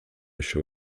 show